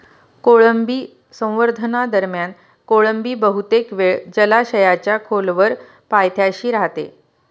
कोळंबी संवर्धनादरम्यान कोळंबी बहुतेक वेळ जलाशयाच्या खोलवर पायथ्याशी राहते